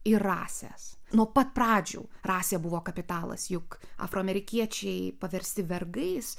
ir rasės nuo pat pradžių rasė buvo kapitalas juk afroamerikiečiai paversti vergais